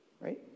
Right